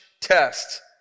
Test